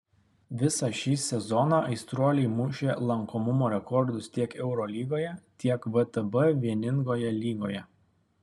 visą šį sezoną aistruoliai mušė lankomumo rekordus tiek eurolygoje tiek vtb vieningoje lygoje